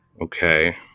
Okay